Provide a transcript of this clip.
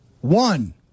one